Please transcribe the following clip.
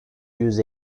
yüz